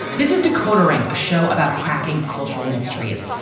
this is decoder ring, a show about cracking cultural mysteries.